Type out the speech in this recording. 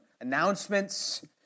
announcements